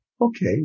okay